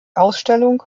ausstellung